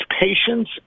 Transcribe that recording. patience